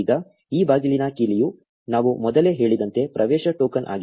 ಈಗ ಈ ಬಾಗಿಲಿನ ಕೀಲಿಯು ನಾವು ಮೊದಲೇ ಹೇಳಿದಂತೆ ಪ್ರವೇಶ ಟೋಕನ್ ಆಗಿದೆ